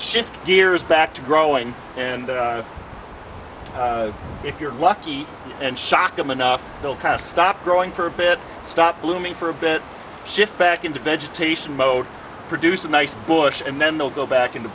shift gears back to growing and if you're lucky and shock them enough they'll kind of stop growing for a bit stop blooming for a bit shift back into vegetation mode produce a nice bush and then they'll go back into